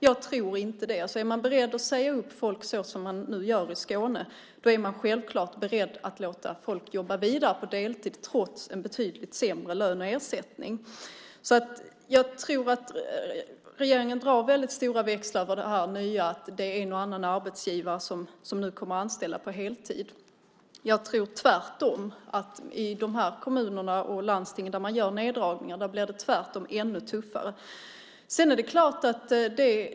Jag tror inte det. Är man beredd att säga upp folk som man gör i Skåne är man självklart beredd att låta folk jobba vidare på deltid trots en betydligt sämre löneersättning. Regeringen drar väldigt stora växlar på det nya att det är en och annan arbetsgivare som kommer att anställa på heltid. Jag tror tvärtom att i de kommuner och landsting där man gör neddragningar blir det ännu tuffare.